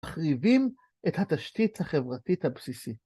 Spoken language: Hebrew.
‫מחריבים את התשתית החברתית הבסיסית.